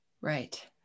Right